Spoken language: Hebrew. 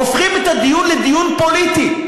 הופכים את הדיון לדיון פוליטי,